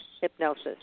hypnosis